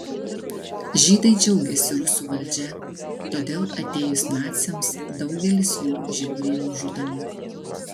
žydai džiaugiasi rusų valdžia todėl atėjus naciams daugelis jų žiauriai nužudomi